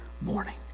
morning